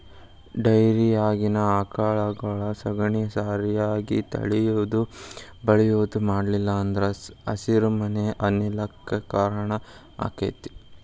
ಡೈರಿಯಾಗಿನ ಆಕಳಗೊಳ ಸಗಣಿ ಸರಿಯಾಗಿ ತೊಳಿಯುದು ಬಳಿಯುದು ಮಾಡ್ಲಿಲ್ಲ ಅಂದ್ರ ಹಸಿರುಮನೆ ಅನಿಲ ಕ್ಕ್ ಕಾರಣ ಆಕ್ಕೆತಿ